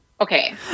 Okay